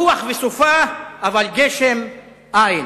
רוח וסופה אבל גשם אין.